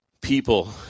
People